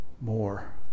more